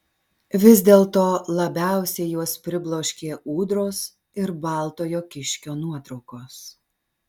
vis dėlto labiausiai juos pribloškė ūdros ir baltojo kiškio nuotraukos